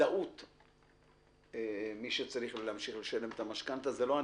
בוודאות מי שצריך להמשיך לשלם את המשכנתה זה לא הנפטר...